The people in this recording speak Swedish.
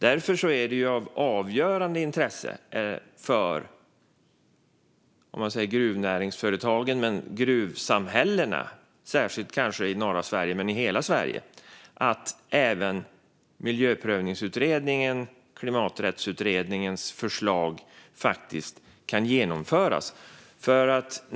Därför är det av avgörande intresse för gruvnäringsföretagen och inte minst för gruvsamhällena i norra Sverige men även i övriga Sverige att även Miljöprövningsutredningens och Klimaträttsutredningens förslag faktiskt kan genomföras.